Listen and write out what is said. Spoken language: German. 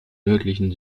nördlichen